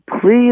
please